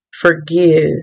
forgive